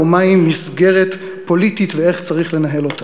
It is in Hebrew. מהי מסגרת פוליטית ואיך צריך לנהל אותה,